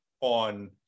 on